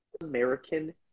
American